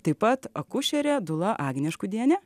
taip pat akušerė dula agnė škudienė